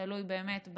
זה תלוי בנכונות,